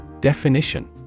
Definition